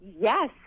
Yes